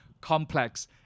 complex